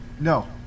No